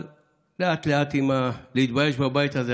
אבל לאט-לאט עם "להתבייש בבית הזה".